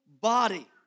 body